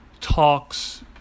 talks